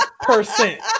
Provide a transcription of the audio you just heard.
percent